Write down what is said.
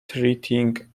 treating